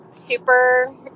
Super